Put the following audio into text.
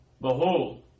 behold